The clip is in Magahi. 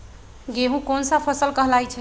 गेहूँ कोन सा फसल कहलाई छई?